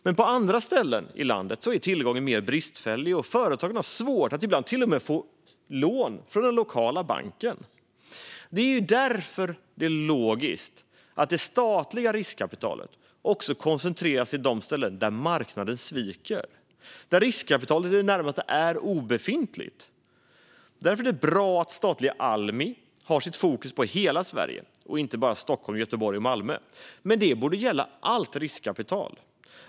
Men på andra ställen i landet är tillgången mer bristfällig, och företagen har ibland svårt att ens få lån från den lokala banken. Därför är det logiskt att det statliga riskkapitalet koncentreras till de platser där marknaden sviker och där riskkapitalet i det närmaste är obefintligt. Det är därför bra att statliga Almi har fokus på hela Sverige och inte bara på Stockholm, Göteborg och Malmö, men detta borde gälla allt riskkapital.